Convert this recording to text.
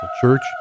Church